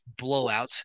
blowouts